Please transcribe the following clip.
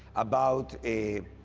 about a.